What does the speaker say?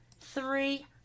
three